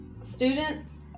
students